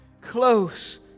close